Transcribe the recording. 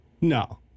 No